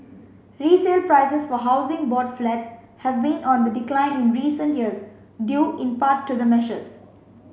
resale prices for Housing Board flats have been on the decline in recent years due in part to the measures